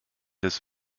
des